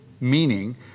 Meaning